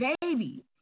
baby